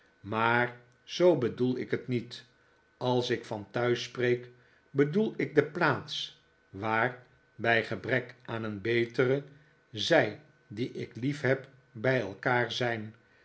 maar zoo bedoel ik het niet als ik van thuis spreek bedoel ik de plaats waar bij gebrek aan een betere zij die ik liefheb bij elkaar zijn